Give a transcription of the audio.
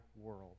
world